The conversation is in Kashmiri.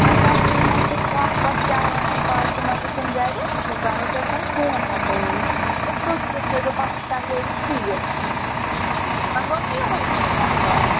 وۅنۍ کَرٕ بہٕ یِمَن سۭتۍ کَتھ وَتھ کیٛاہ وَنان پارکہِ منٛزٕے کِنہٕ گَرِ بہٕ کَرہو تیٚلہِ تۄہہِ فون پَتہٕ تَمہِ وِز تہٕ تُہۍ تہِ تھٲوِزیٚو پَتہٕ تَیٲری ٹھیٖک وۅنۍ گوٚو نا یِہےَ نوٚو اَتھوار